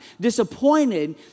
disappointed